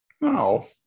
No